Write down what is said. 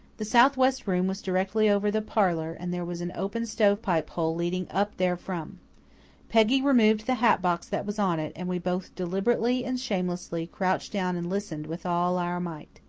the south-west room was directly over the parlour and there was an open stovepipe-hole leading up therefrom. peggy removed the hat box that was on it, and we both deliberately and shamelessly crouched down and listened with all our might.